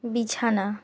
বিছানা